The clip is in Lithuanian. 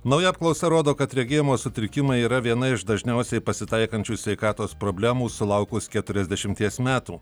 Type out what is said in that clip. nauja apklausa rodo kad regėjimo sutrikimai yra viena iš dažniausiai pasitaikančių sveikatos problemų sulaukus keturiasdešimties metų